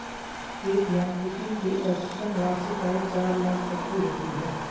एक यांत्रिकी की औसतन वार्षिक आय चार लाख तक की होती है